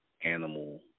animal